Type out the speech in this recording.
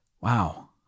wow